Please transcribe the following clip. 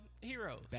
heroes